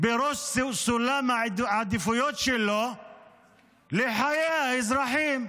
בראש סולם העדיפויות שלו לחיי האזרחים,